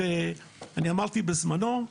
אני אמרתי בזמנו,